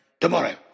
tomorrow